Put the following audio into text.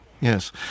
yes